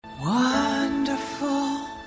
Wonderful